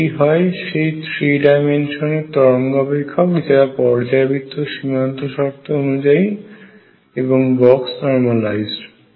এটি হয় সেই থ্রি ডাইমেনশন এর তরঙ্গ অপেক্ষক যা পর্যায়বৃত্ত সীমান্ত শর্ত অনুযায়ী এবং বক্স নর্মালাইজড